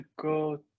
go